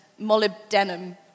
molybdenum